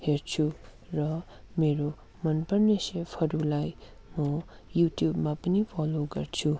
हेर्छु र मेरो मनपर्ने सेफहरूलाई मो युट्युबमा पनि फलो गर्छु